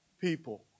people